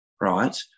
right